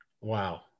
Wow